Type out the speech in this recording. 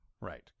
right